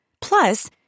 Plus